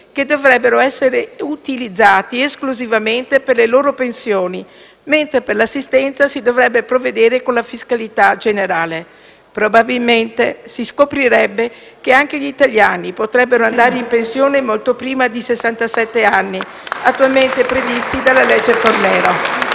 che dovrebbero essere utilizzati esclusivamente per le loro pensioni, mentre per l'assistenza si dovrebbe provvedere con la fiscalità generale. Probabilmente, si scoprirebbe che anche gli italiani potrebbero andare in pensione molto prima dei sessantasette anni attualmente previsti dalla legge Fornero.